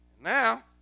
now